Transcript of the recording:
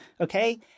Okay